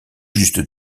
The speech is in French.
juste